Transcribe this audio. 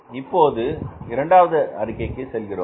இப்போது இரண்டாவது அறிக்கைக்கு செல்கிறோம்